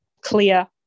clear